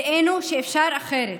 הראינו שאפשר אחרת.